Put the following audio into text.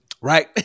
Right